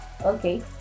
Okay